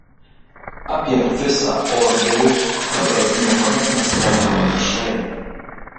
apie fisa orderius beveik niekuomet neskelbiama viešai